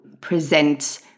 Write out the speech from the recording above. present